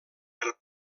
per